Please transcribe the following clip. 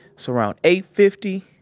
so around eight fifty,